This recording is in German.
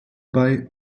bei